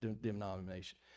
denomination